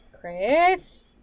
Chris